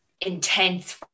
intense